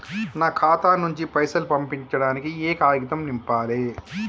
నా ఖాతా నుంచి పైసలు పంపించడానికి ఏ కాగితం నింపాలే?